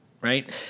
Right